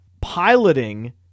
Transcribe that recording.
piloting